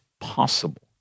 possible